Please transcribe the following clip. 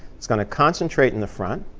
it's going to concentrate in the front,